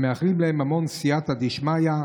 ומאחלים להם המון סייעתא דשמיא,